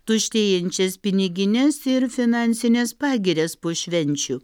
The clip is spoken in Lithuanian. tuštėjančias pinigines ir finansines pagirias po švenčių